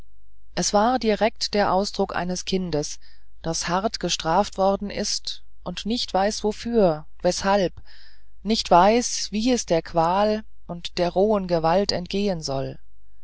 es war direkt der ausdruck eines kindes das hart bestraft worden ist und nicht weiß wofür weshalb nicht weiß wie es der qual und der rohen gewalt entgehen soll